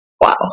wow